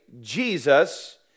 Jesus